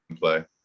play